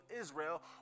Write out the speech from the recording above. Israel